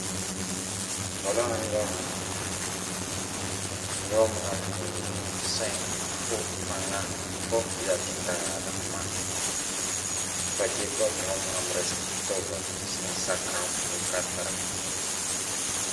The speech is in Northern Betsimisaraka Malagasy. Voalony aloha miomagna signy fagnahy fo fao hiatrika raha mafy avakeo kao miomagna aminy resaka fitovagna sy ny sakafi karakaranjegny